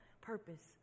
purpose